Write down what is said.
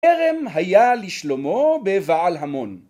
כרם היה לשלמה בבעל המון.